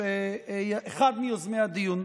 שהוא אחד מיוזמי הדיון.